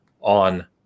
on